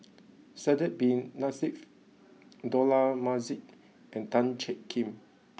Sidek Bin Saniff Dollah Majid and Tan Jiak Kim